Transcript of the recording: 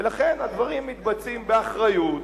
ולכן הדברים מתבצעים באחריות,